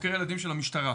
חוקר ילדים של המשטרה.